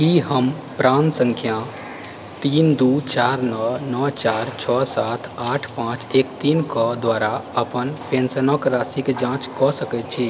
की हम प्राण संख्या तीन दू चार नओ नओ चार छओ सात आठ पाँच एक तीन कऽ द्वारा अपन पेंशनके राशिक जाँच कऽ सकैत छी